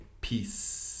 Peace